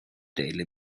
daily